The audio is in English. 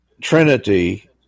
Trinity